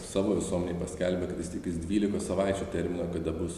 savo visuomenei paskelbė kad jis tiktais dvylikos savaičių terminą kada bus